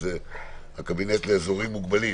הקבינט לאזורים מוגבלים,